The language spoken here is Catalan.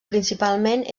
principalment